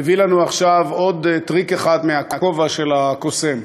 מביא לנו עכשיו עוד טריק אחד מהכובע של הקוסם: